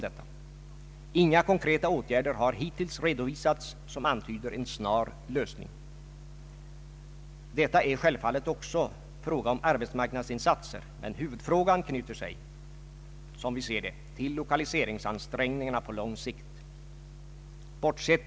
En intensifierad bevakning och uppföljning av utvecklingen i stödföretagen förutskickades. Nuvarande stöd till lokaliseringsutbildning skulle förstärkas.